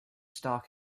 stock